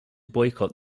boycott